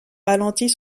ralentit